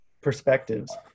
perspectives